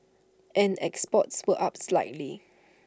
and exports were up slightly